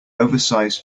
oversized